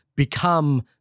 become